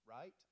right